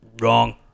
Wrong